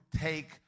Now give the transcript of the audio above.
take